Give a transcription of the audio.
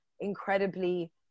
incredibly